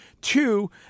Two